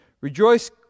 Rejoice